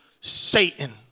Satan